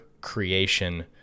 creation